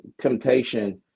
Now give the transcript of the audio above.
temptation